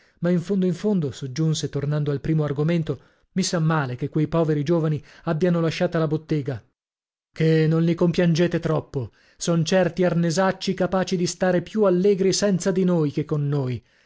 ma in fondo in fondo soggiunse tornando al primo argomento mi sa male che quei poveri giovani abbiano lasciata la bottega che non li compiangete troppo son certi arnesacci capaci di stare più allegri senza di noi che con noi